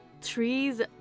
trees